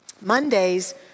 Mondays